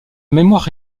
mémoire